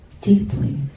deeply